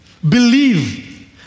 believe